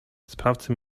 sprawcy